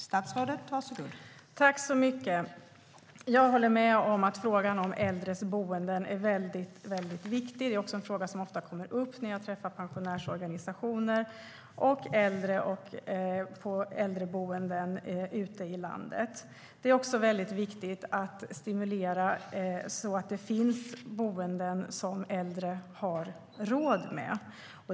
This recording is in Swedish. Fru talman! Jag håller med om att frågan om äldres boenden är väldigt viktig. Det är en fråga som ofta kommer upp när jag träffar pensionärsorganisationer och äldre på äldreboenden ute i landet. Det är också väldigt viktigt att stimulera så att det finns boenden som äldre har råd med.